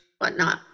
whatnot